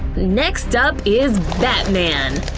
next up is batman!